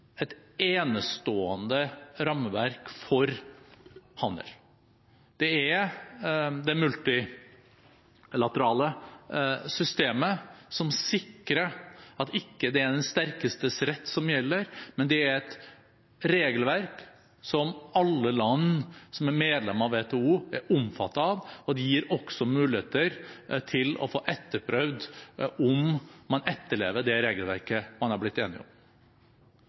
et enestående rammeverk for handel. Det er et multilateralt system som sikrer at det ikke er den sterkestes rett som gjelder, det er et regelverk som alle land som er medlemmer av WTO, er omfattet av, og det gir også muligheter til å få etterprøvd om man etterlever det regelverket man har blitt enig om.